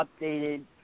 updated